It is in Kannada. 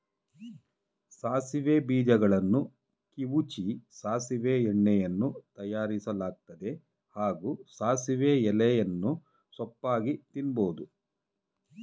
ಸಾಸಿವೆ ಬೀಜಗಳನ್ನು ಕಿವುಚಿ ಸಾಸಿವೆ ಎಣ್ಣೆಯನ್ನೂ ತಯಾರಿಸಲಾಗ್ತದೆ ಹಾಗೂ ಸಾಸಿವೆ ಎಲೆಯನ್ನು ಸೊಪ್ಪಾಗಿ ತಿನ್ಬೋದು